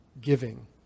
giving